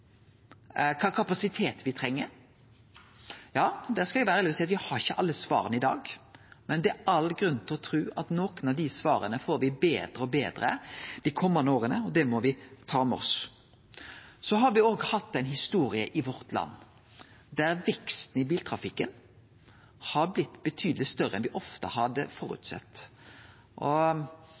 kva kapasitet me treng? Der skal eg vere ærleg og seie at me har ikkje alle svara i dag, men det er all grunn til å tru at nokre av dei svara får me dei komande åra, og det må me ta med oss. Me har òg hatt ei historie i vårt land der veksten i biltrafikken ofte har blitt betydeleg større enn me hadde føresett. Eit område som eg kjenner godt til, er strekninga mellom Lyngdal og